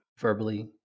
verbally